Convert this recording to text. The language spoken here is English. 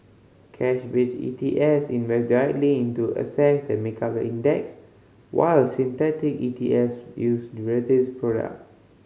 cash based E T S invest directly into assets that make up the index while synthetic E T S use derivative product